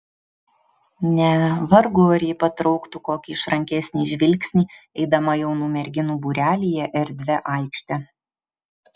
ne vargu ar ji patrauktų kokį išrankesnį žvilgsnį eidama jaunų merginų būrelyje erdvia aikšte